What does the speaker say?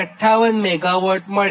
58 MW થાય